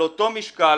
על אותו משקל,